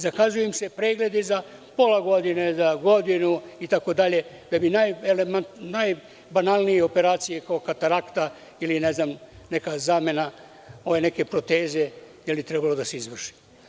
Zakazuju im se pregledi za pola godine, za godinu itd. da bi najbanalnije operacije kao katarakta ili ne znam, zamena neke proteze trebalo da se izvrši.